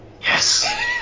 Yes